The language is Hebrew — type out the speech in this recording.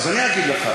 אז אני אגיד לך.